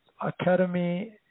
academy